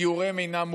שגיוריהם אינם מוכרים.